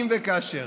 אם המשבר